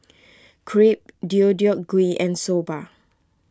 Crepe Deodeok Gui and Soba